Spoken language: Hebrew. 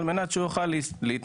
אבל לא, לא זאת